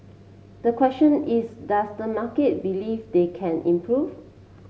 the question is does the market believe they can improve